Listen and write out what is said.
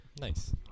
Nice